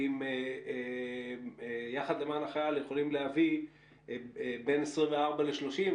ואם "יחד למען החייל" יכולים להביא בין 24 ל-30 מיליון,